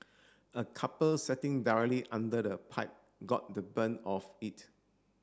a couple setting directly under the pipe got the brunt of it